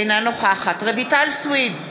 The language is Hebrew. אינה נוכחת רויטל סויד,